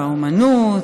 והאומנות,